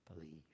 believe